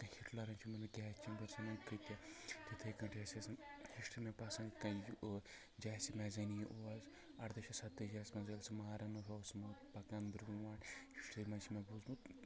تہٕ ہِٹلَرن چھِ کۭتیٛاہ تِتھَے کٔٹھۍ ٲسۍ اَسہِ ہِسٹرٛی مےٚ پَسَنٛد جیسے مٮ۪زٮ۪نی اوس اَرداہ شَتھ سَتٲجِیَس منٛز ییٚلہِ سُہ ماران پَکان برٛونٛٹھ ہِسٹرٛی منٛز چھِ مےٚ بوٗزمُت